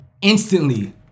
instantly